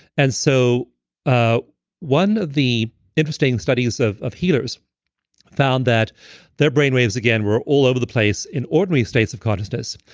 and so one of one of the interesting studies of of healers found that their brain waves, again, were all over the place in ordinary states of consciousness,